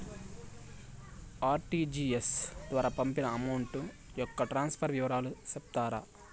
RTGS ద్వారా పంపిన amount యొక్క ట్రాన్స్ఫర్ వివరాలు సెప్తారా